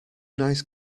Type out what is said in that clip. nice